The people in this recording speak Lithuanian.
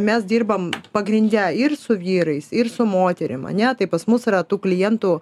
mes dirbam pagrinde ir su vyrais ir su moterim ane tai pas mus yra tų klientų